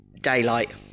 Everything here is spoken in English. daylight